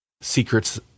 secrets